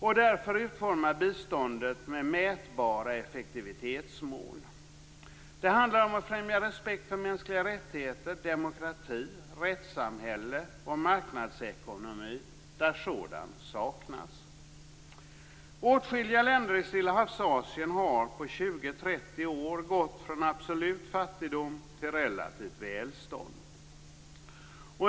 Därför bör biståndet utformas med mätbara effektivitetsmål. Det handlar om att främja respekt för mänskliga rättigheter, demokrati, rättssamhälle och marknadsekonomi där sådant saknas. Åtskilliga länder i Stillahavsasien har på 20-30 år gått från absolut fattigdom till relativt välstånd.